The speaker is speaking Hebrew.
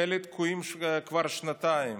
חלק תקועים כבר שנתיים: